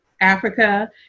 Africa